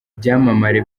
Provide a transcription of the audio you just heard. byamamare